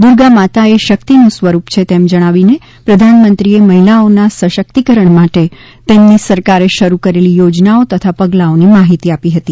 દુર્ગા માતા એ શક્તિનું સ્વરૂપ છે તેમ જણાવીને પ્રધાનમંત્રીએ મહિલાઓના સશક્તિકરણ માટે તેમની સરકારે શરૂ કરેલી યોજનાઓ તથા પગલાંઓની માહિતી આપી હતી